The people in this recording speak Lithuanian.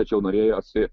tačiau norėjosi